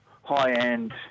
high-end